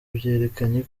byerekanye